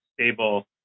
stable